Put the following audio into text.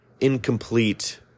incomplete